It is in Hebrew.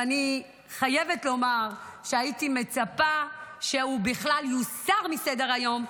ואני חייבת לומר שהייתי מצפה שהוא בכלל יוסר מסדר-היום,